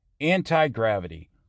Anti-Gravity